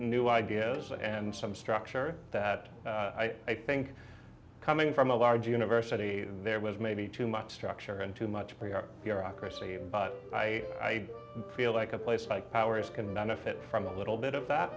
new ideas and some structure that i think coming from a large university there was maybe too much structure and too much for your bureaucracy but i feel like a place like ours can benefit from a little bit of that